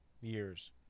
years